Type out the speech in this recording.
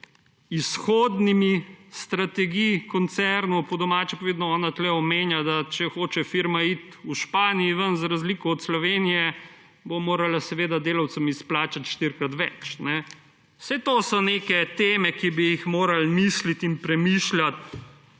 izhodnimi strategijami koncernov – po domače povedano ona tukaj omenja, da če hoče iti v Španiji firma ven, bo za razliko od Slovenije morala delavcem izplačati štirikrat več. To so neke teme, ki bi jih morali misliti in premišljati